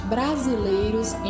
Brasileiros